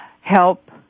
help